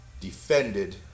defended